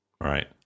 Right